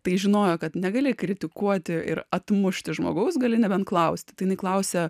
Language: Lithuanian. tai žinojo kad negali kritikuoti ir atmušti žmogaus gali nebent klausti tai jinai klausia